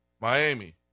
Miami